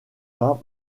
pas